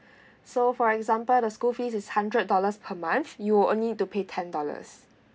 so for example the school fees is hundred dollars per month you will only to pay ten dollars